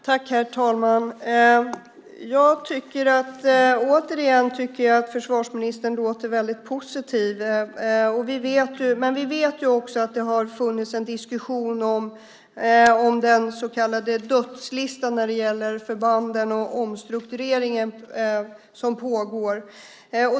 Herr talman! Återigen tycker jag försvarsministern låter väldigt positiv, men vi vet att det har funnits en diskussion om den så kallade dödslistan när det gäller förbanden och den omstrukturering som pågår.